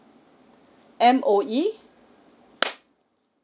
M_O_E